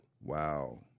Wow